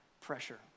pressure